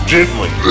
Gently